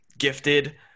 gifted